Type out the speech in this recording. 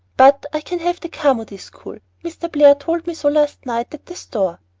but i can have the carmody school mr. blair told me so last night at the store.